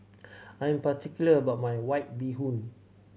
I'm particular about my White Bee Hoon